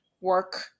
work